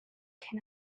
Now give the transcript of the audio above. can